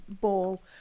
ball